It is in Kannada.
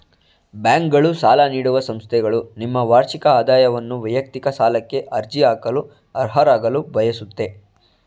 ಬ್ಯಾಂಕ್ಗಳು ಸಾಲ ನೀಡುವ ಸಂಸ್ಥೆಗಳು ನಿಮ್ಮ ವಾರ್ಷಿಕ ಆದಾಯವನ್ನು ವೈಯಕ್ತಿಕ ಸಾಲಕ್ಕೆ ಅರ್ಜಿ ಹಾಕಲು ಅರ್ಹರಾಗಲು ಬಯಸುತ್ತೆ